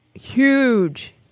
huge